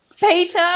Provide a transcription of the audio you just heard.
Peter